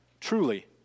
truly